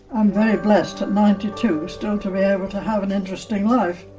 i'm very blessed at ninety two still to be able to have an interesting life